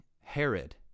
Herod